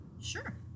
Sure